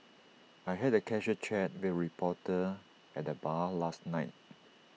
I had A casual chat with A reporter at the bar last night